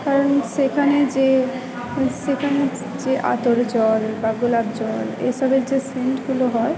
কারণ সেখানে যে সেখানে যে আতর জল বা গোলাপ জল এই সবের যে সেন্টগুলো হয়